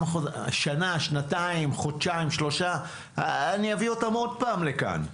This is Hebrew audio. אני אביא אותם שוב לכאן,